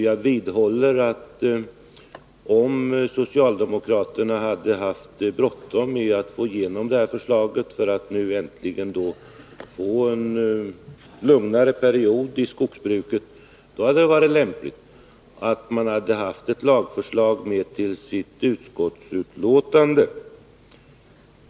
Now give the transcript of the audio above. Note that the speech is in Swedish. Jag vidhåller att om socialdemokraterna hade haft bråttom med att få igenom detta förslag för att nu äntligen få en lugnare period i skogsbruket, då hade det varit lämpligt att man hade haft ett lagförslag i utskottsbetänkandet.